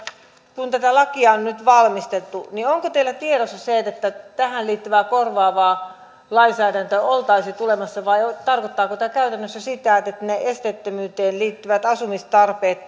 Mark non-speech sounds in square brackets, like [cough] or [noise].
kun tätä lakia on nyt valmisteltu niin onko teillä tiedossa se että tähän liittyvää korvaavaa lainsäädäntöä olisi tulossa vai tarkoittaako tämä käytännössä sitä että että niitä esteettömyyteen liittyviä asumistarpeita [unintelligible]